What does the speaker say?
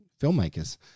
filmmakers